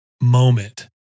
moment